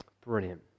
Brilliant